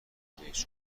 رئیس